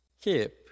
keep